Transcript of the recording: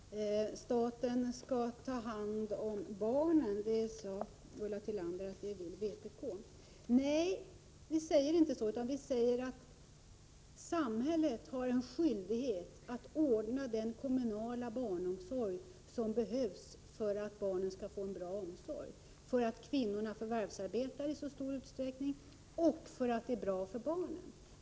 Herr talman! Vpk vill att staten skall ta hand om barnen, sade Ulla Tillander. Nej, vi säger inte det, utan vi säger att samhället har en skyldighet att ordna den kommunala barnomsorg som behövs för att barnen skall få en bra omsorg, därför att kvinnor förvärvsarbetar i så stor utsträckning och därför att det är bra för barnen.